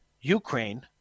Ukraine